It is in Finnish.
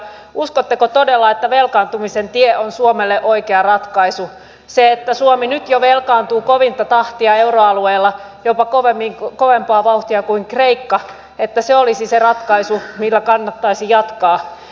uskotteko todella että velkaantumisen tie on suomelle oikea ratkaisu että se että suomi nyt jo velkaantuu kovinta tahtia euroalueella jopa kovempaa vauhtia kuin kreikka olisi se ratkaisu millä kannattaisi jatkaa